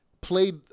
played